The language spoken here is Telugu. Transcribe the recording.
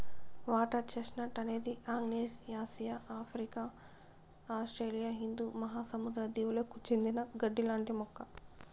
వాటర్ చెస్ట్నట్ అనేది ఆగ్నేయాసియా, ఆఫ్రికా, ఆస్ట్రేలియా హిందూ మహాసముద్ర దీవులకు చెందిన గడ్డి లాంటి మొక్క